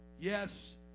Yes